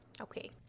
Okay